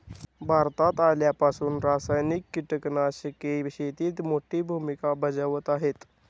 भारतात आल्यापासून रासायनिक कीटकनाशके शेतीत मोठी भूमिका बजावत आहेत